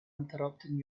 interrupting